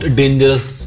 dangerous